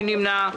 מי נמנע?